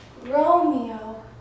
Romeo